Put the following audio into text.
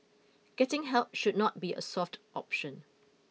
getting help should not be a soft option